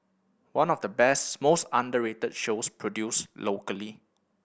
one of the best most underrated shows produced locally